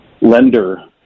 lender